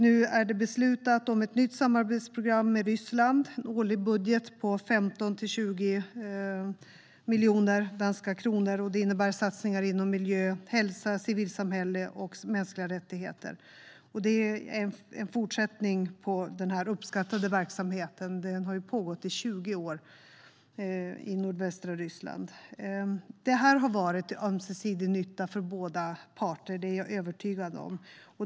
Nu är det beslutat om ett nytt samarbetsprogram med Ryssland med en årlig budget på 15-20 miljoner danska kronor. Det innebär satsningar inom miljö, hälsa, civilsamhälle och mänskliga rättigheter. Det är en fortsättning på den uppskattade verksamheten i nordvästra Ryssland som har pågått i 20 år. Den har varit till ömsesidig nytta för de båda parterna; det är jag övertygad om.